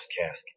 casket